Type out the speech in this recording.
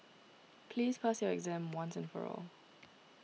please pass your exam once and for all